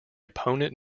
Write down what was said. opponent